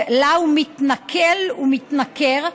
שלה הוא מתנכל ומתנכר,